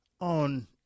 on